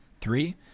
Three